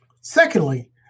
Secondly